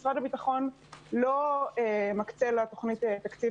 משרד הביטחון לא מקצה לתוכנית תקציב